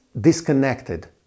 disconnected